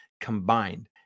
combined